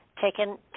taken